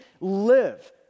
live